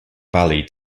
valley